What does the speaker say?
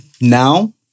now